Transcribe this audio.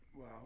wow